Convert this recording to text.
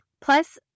Plus